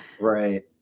Right